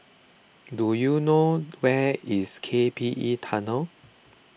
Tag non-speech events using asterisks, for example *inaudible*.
*noise* do you know where is K P E Tunnel